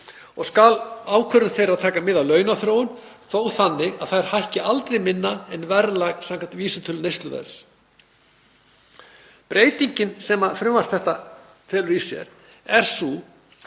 og skal ákvörðun þeirra taka mið af launaþróun, þó þannig að þær hækki aldrei minna en verðlag samkvæmt vísitölu neysluverðs. Breytingin sem frumvarp þetta felur í sér, verði